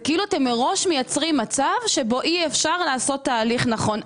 זה כאילו אתם מראש מייצרים מצב בו אי אפשר לעשות תהליך נכון.